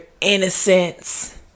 innocence